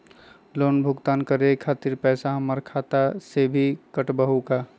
Loan भुगतान करे के खातिर पैसा हमर खाता में से ही काटबहु का?